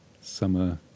summer